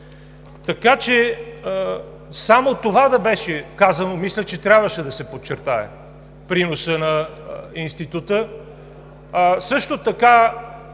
Така че само това да беше казано, мисля, че трябваше да се подчертае приносът на Института, а също така